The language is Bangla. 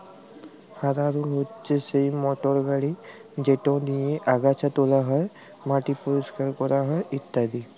হাররো হছে সেই মটর গাড়ি যেট দিঁয়ে আগাছা তুলা হ্যয়, মাটি পরিষ্কার ক্যরা হ্যয় ইত্যাদি